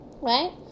Right